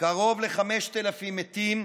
קרוב ל-5,000 מתים,